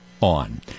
on